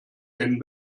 gen